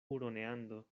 huroneando